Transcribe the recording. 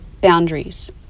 boundaries